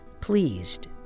pleased